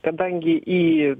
kadangi į